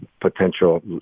potential